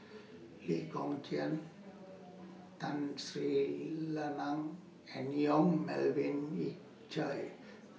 Lee Kong Chian Tun Sri Lanang and Yong Melvin Yik Chye